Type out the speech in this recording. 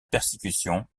persécution